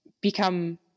become